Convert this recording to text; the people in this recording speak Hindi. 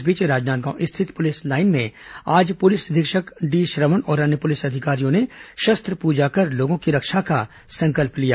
इस बीच राजनांदगांव स्थित पुलिस लाइन में आज पुलिस अधीक्षक डी श्रवण और अन्य पुलिस अधिकारियों ने शस्त्र पूजा कर लोगों की रक्षा का संकल्प लिया